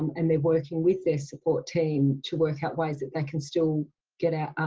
and they're working with their support team to work out ways that they can still get out.